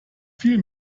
viel